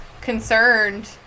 concerned